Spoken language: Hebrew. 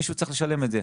מישהו צריך לשלם את זה.